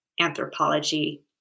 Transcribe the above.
anthropology